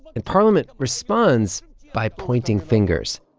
and parliament responds by pointing fingers.